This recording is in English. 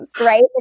right